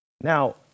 Now